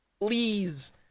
Please